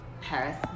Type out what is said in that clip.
Paris